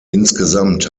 insgesamt